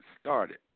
started